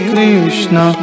Krishna